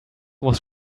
was